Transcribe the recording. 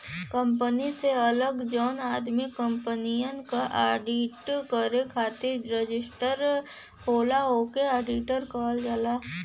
company से अलग जौन आदमी कंपनियन क आडिट करे खातिर रजिस्टर होला ओके आडिटर कहल जाला